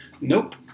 Nope